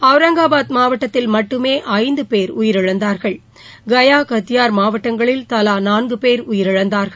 அவரங்காபாத் மாவட்டத்தில் மட்டுமே ஐந்து பேர் உயிரிழந்தார்கள் கயா கத்தியார் மாவட்டங்களில் தலா நான்கு பேர் உயிரிழந்தார்கள்